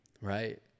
right